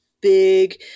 big